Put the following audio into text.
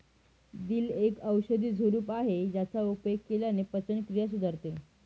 दिल एक औषधी झुडूप आहे ज्याचा उपयोग केल्याने पचनक्रिया सुधारते